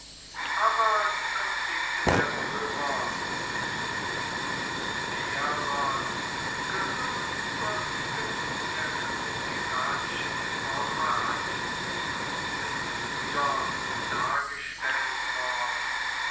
aber die konflikte der römermit den iberern gehören überwiegend der republikanischen epoche an und sind früher dargestellt worden